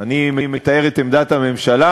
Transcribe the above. אני מתאר את עמדת הממשלה,